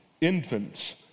infants